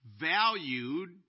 valued